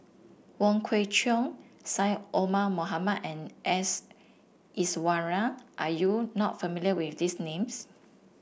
Wong Kwei Cheong Syed Omar Mohamed and S Iswaran are you not familiar with these names